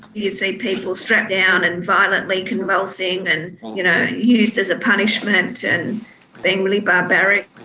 you see people strapped down and violently convulsing and you know used as a punishment and being really barbaric.